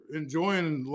enjoying